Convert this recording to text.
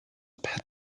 pet